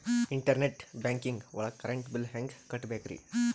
Internet banking ಒಳಗ್ current bill ಹೆಂಗ್ ಕಟ್ಟ್ ಬೇಕ್ರಿ?